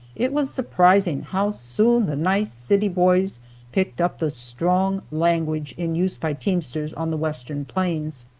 it was surprising how soon the nice city boys picked up the strong language in use by teamsters on the western plains.